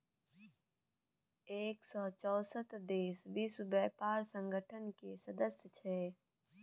एक सय चौंसठ देश विश्व बेपार संगठन केर सदस्य छै